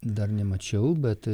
dar nemačiau bet